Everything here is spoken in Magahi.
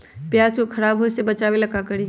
प्याज को खराब होय से बचाव ला का करी?